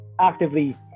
actively